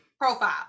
profile